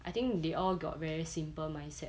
I think they all got very simple mindset